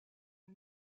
une